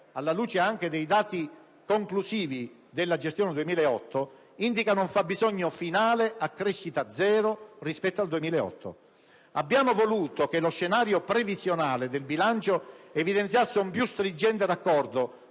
alla luce anche dei dati conclusivi della gestione 2008 - indicano un fabbisogno finale a crescita zero rispetto al 2008. Abbiamo voluto che lo scenario previsionale del bilancio evidenziasse un più stringente raccordo